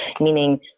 meaning